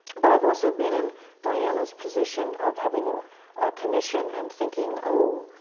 but i've also been in diana's position of having a a commission, and thinking, oh.